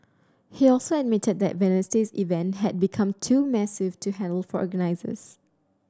he also admitted that Wednesday's event had become too massive to handle for organizers